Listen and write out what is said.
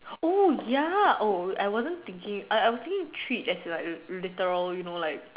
oh ya oh I wasn't thinking I I was thinking treat as like literal you know like